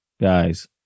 guys